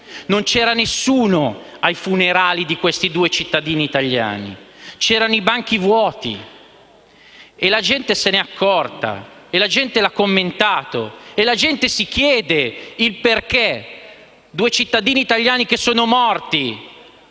Non c'era nessuno ai funerali di questi due cittadini italiani. I banchi erano vuoti e la gente se ne è accorta e lo ha commentato. La gente si chiede perché due cittadini italiani morti